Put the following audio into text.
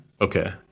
okay